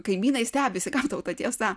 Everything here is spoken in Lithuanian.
kaimynai stebisi kam tau ta tiesa